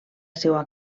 seua